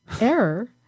error